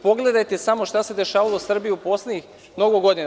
Pogledajte samo šta se dešavalo u Srbiji u poslednjih mnogo godina.